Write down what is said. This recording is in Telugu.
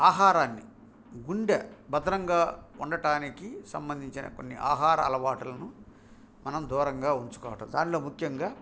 ఆహారాన్ని గుండె భద్రంగా ఉండటానికి సంబంధించిన కొన్ని ఆహార అలవాట్లను మనం దూరంగా ఉంచుకోవటం దానిలో ముఖ్యంగా